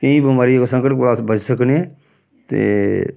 केईं बमारियें दे संकट कोला अस बची सकने ऐं ते